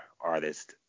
artist